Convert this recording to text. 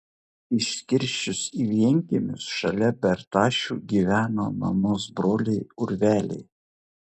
išskirsčius į vienkiemius šalia bertašių gyveno mamos broliai urveliai